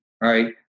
right